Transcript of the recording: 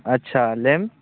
ᱟᱪᱪᱷᱟ ᱞᱟ ᱭᱮᱢ